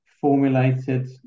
formulated